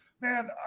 man